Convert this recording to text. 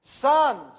sons